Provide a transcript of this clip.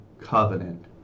covenant